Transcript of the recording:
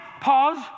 pause